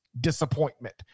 disappointment